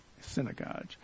synagogue